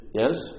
yes